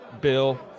bill